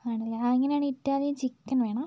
ആണല്ലേ അങ്ങനേണങ്കിൽ Italian chicken വേണം